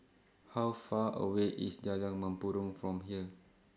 How Far away IS Jalan Mempurong from here